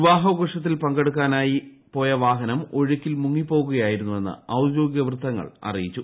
വിവാഹാഘോഷത്തിൽ പങ്കെടുക്കാനായി പോയ വാഹനം ഒഴുക്കിൽ മുങ്ങിപ്പോകുകയായിരുന്നുവെന്ന് ഔദ്യോഗിക വൃത്തങ്ങൾ അറിയിച്ചു